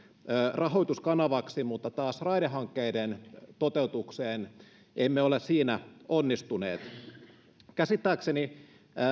rahoituskanavaksi mutta taas raidehankkeiden toteutukseen emme ole sitä onnistuneet saamaan käsittääkseni